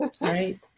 Right